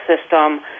system